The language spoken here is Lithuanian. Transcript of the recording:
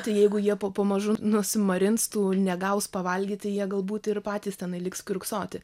tai jeigu jie po pamažu nusimarins tų negaus pavalgyti jie galbūt ir patys tenai liks kiurksoti